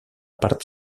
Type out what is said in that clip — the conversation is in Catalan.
part